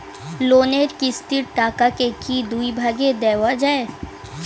লোনের কিস্তির টাকাকে কি দুই ভাগে দেওয়া যায়?